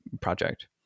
project